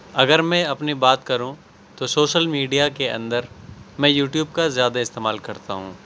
اگر میں اپنی بات کروں تو شوشل میڈیا کے اندر میں یوٹیوب کا زیادہ استعمال کرتا ہوں